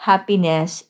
Happiness